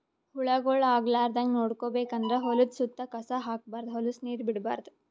ಹುಳಗೊಳ್ ಆಗಲಾರದಂಗ್ ನೋಡ್ಕೋಬೇಕ್ ಅಂದ್ರ ಹೊಲದ್ದ್ ಸುತ್ತ ಕಸ ಹಾಕ್ಬಾರ್ದ್ ಹೊಲಸ್ ನೀರ್ ಬಿಡ್ಬಾರ್ದ್